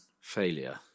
failure